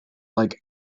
like